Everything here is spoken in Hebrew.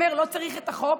אומר: לא צריך את החוק,